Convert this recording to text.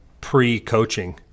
pre-coaching